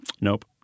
nope